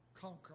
conquer